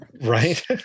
right